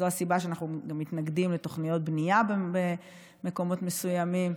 זאת הסיבה שאנחנו גם מתנגדים לתוכניות בנייה במקומות מסוימים.